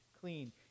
clean